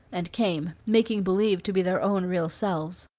and came, making believe to be their own real selves.